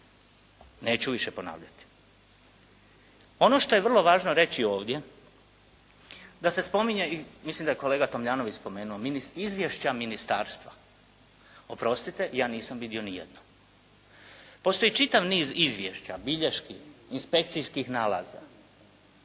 Neću više ponavljati. Ono što je vrlo važno reći ovdje da se spominje, mislim da je kolega Tomljanović spomenuo izvješća ministarstva. Oprostite, ja nisam vidio ni jedno. Postoji čitav niz izvješća, bilješki, inspekcijskih nalaza